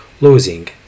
losing